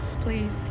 please